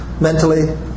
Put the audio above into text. Mentally